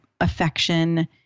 affection